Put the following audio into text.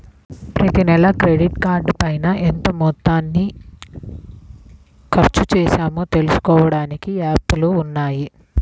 ప్రతినెలా క్రెడిట్ కార్డుపైన ఎంత మొత్తాన్ని ఖర్చుచేశామో తెలుసుకోడానికి యాప్లు ఉన్నయ్యి